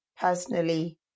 personally